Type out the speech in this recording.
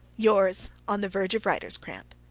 yours, on the verge of writer's cramp,